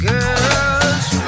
Girls